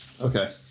Okay